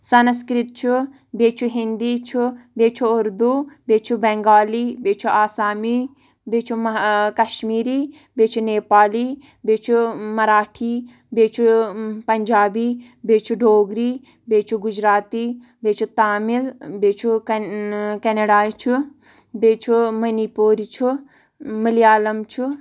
سَنَسکرٛت چھُ بیٚیہِ چھُ ہنٛدی چھُ بیٚیہِ چھُ اردو بیٚیہِ چھُ بیٚنٛگالی بیٚیہِ چھُ آسامی بیٚیہِ چھُ ٲں کشمیٖری بیٚیہِ چھُ نیپالی بیٚیہِ چھُ مَراٹھی بیٚیہِ چھُ پنٛجابی بیٚیہِ چھُ ڈوگری بیٚیہِ چھُ گُجراتی بیٚیہِ چھُ تامِل بیٚیہِ چھُ کیٚنَڈاے چھُ بیٚیہِ چھُ منی پورۍ چھُ ملیالَم چھُ